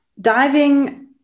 diving